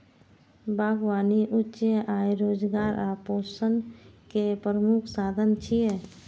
बागबानी उच्च आय, रोजगार आ पोषण के प्रमुख साधन छियै